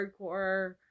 hardcore